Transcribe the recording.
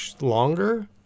longer